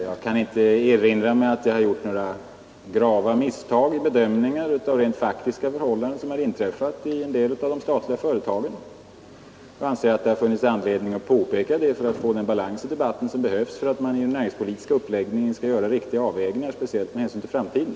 Jag kan inte erinra mig att jag gjort några grava misstag i bedömningen av rent faktiska förhållanden som inträffat i fråga om en del av de statliga företagen. Jag har ansett att det funnits anledning att påpeka dem för att få den balans i debatten som behövs för att man vid den näringspolitiska uppläggningen skall göra riktiga avvägningar, speciellt med hänsyn till framtiden.